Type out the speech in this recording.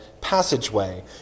passageway